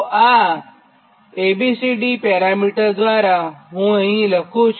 આ A B C D parameter દ્વારા હું લખુ છું